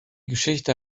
geschichte